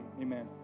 amen